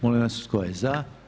Molim vas tko je za?